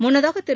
முன்னதாக திரு